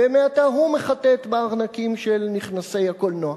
ומעתה הוא מחטט בארנקים של באי הקולנוע.